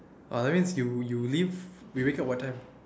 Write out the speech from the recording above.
orh that means you you you leave you wake up what time